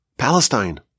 Palestine